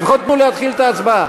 לפחות תנו להתחיל את ההצבעה.